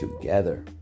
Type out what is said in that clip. together